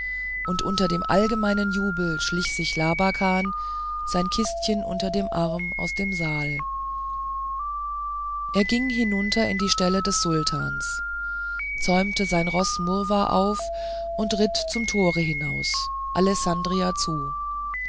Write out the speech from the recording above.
und unter dem allgemeinen jubel schlich sich labakan sein kistchen unter dem arm aus dem saal er ging hinunter in die ställe des sultans zäumte sein roß marva auf und ritt zum tore hinaus alessandria zu